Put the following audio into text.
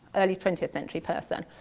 early twentieth century person.